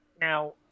now